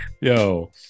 yo